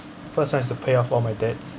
first I have to pay off all my debts